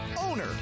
Owner